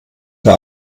der